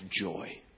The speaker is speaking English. joy